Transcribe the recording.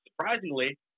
surprisingly